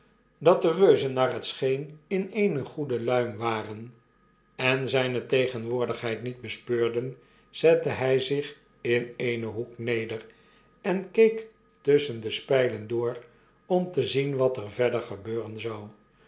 dat de reuzen naar het scheen in eene goede luim waren en zijne tegenwoordigheid niet bespeurden zette hg zich in eenen hoek neder en keek tusschen de spglen door om te zien wat er verder gebeuren zou